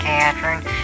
Catherine